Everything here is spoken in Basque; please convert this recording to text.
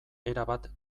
erabat